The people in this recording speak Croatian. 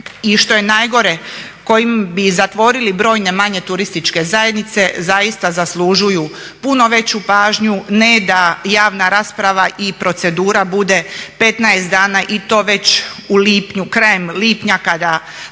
i što je najgore kojim bi zatvorili brojne manje turističke zajednice zaista zaslužuju puno veću pažnju, ne da javna rasprava i procedura bude 15 dana i to već u lipnju, krajem lipnja kada znamo